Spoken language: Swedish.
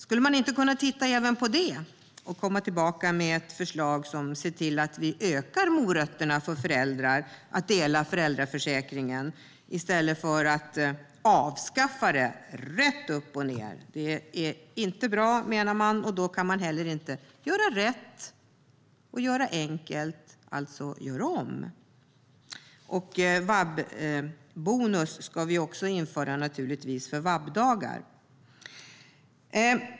Kan man inte titta även på detta och komma tillbaka med ett förslag som ser till att vi ökar morötterna till föräldrar att dela föräldraledigheten i stället för att avskaffa den rätt upp och ned? Man menar att den inte är bra, och då kan man heller inte göra rätt, göra enkelt och alltså göra om. Vi ska naturligtvis också införa vab-bonus för vab-dagar.